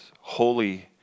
holy